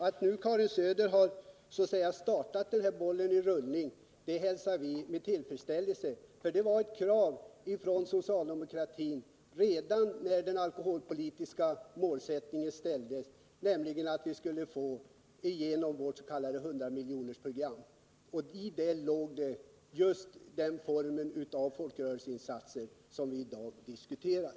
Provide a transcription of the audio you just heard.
Att Karin Söder nu har satt bollen i rullning hälsar vi med tillfredsställelse, för det var ett krav från socialdemokratin redan när det alkoholpolitiska målet fastställdes att vi skulle få igenom vårt s.k. 100-miljonersprogram. I det låg just den form av folkrörelseinsatser som vi i dag diskuterar.